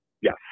Yes